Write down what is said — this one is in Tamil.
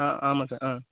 ஆ ஆமாம் சார் ஆ